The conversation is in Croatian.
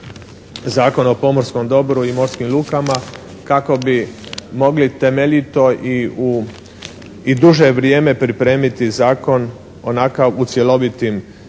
Zakona o pomorskog dobru i morskim lukama kako bi mogli temeljito i u duže vrijeme pripremiti zakon onakav u cjelovitim,